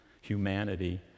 humanity